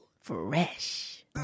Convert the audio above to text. Fresh